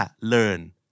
learn